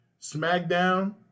SmackDown